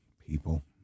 people